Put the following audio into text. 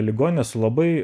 ligoninė su labai